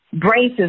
braces